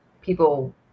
people